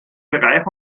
bereich